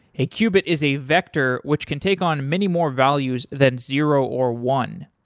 a qubit is a vector which can take on many more values than zero or one.